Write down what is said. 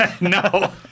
No